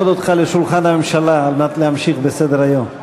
אותך לשולחן הממשלה על מנת להמשיך בסדר-היום.